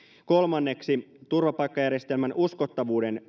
kolmanneksi turvapaikkajärjestelmän uskottavuuden